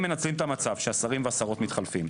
מנצלים את המצב שהשרים והשרות מתחלפים.